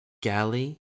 Galley